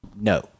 No